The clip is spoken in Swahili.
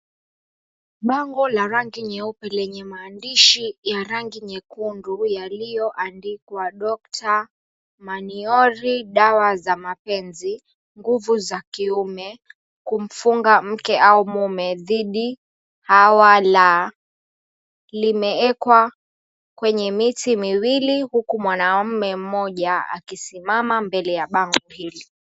Bango la rangi nyeupe lenye maandishi ya rangi nyekundu yaliyoandikwa, Doctor Maniori Dawa za Mapenzi, Nguvu za kiume, Kumfunga Mke au Mume Dhidi Hawa la limeekwa kwenye miti miwili huku mwanamume mmoja akisimama mbele ya bango hili.